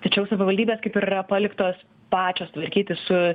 tačiau savivaldybės kaip ir yra paliktos pačios tvarkytis su